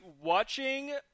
watching